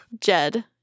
Jed